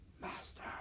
Master